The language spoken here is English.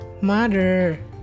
Mother